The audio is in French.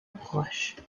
proche